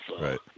Right